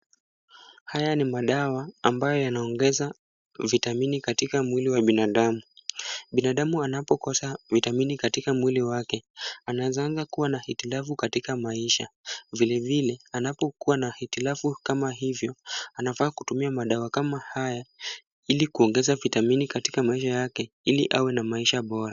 Haya ni madawa ambayo yanaongeza vitamini katika mwili wa binadamu. Binadamu anapokosa vitamini katika mwili wake, anaanzanga kuwa na hitilafu katika maisha. Vilevile, anapokuwa na hitilafu kama hivyo, anafaa kutumia madawa kama haya ili kuongeza vitamini katika maisha yake, ili awe na maisha bora.